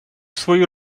свою